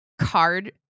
card